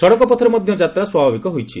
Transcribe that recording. ସଡ଼କ ପଥରେ ମଧ୍ୟ ଯାତ୍ରା ସ୍ୱାଭାବିକ ହୋଇଛି